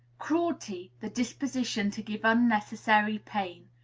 cruelty the disposition to give unnecessary pain.